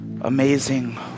amazing